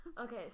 Okay